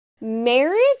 marriage